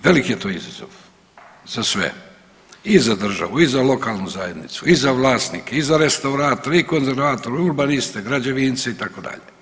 Velik je to izazov za sve i za državu i za lokalnu zajednicu i za vlasnike i za restauratore i konzervatore, urbaniste građevince, itd.